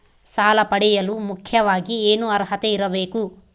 ಸಾಲ ಪಡೆಯಲು ಮುಖ್ಯವಾಗಿ ಏನು ಅರ್ಹತೆ ಇರಬೇಕು?